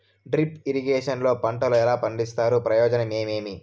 Drip irrigation లో పంటలు ఎలా పండిస్తారు ప్రయోజనం ఏమేమి?